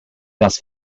das